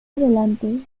adelante